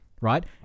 right